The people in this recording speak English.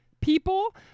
people